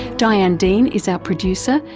diane dean is our producer,